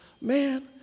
man